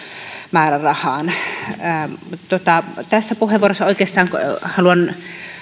määrärahaan tässä puheenvuorossa oikeastaan haluan